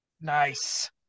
Nice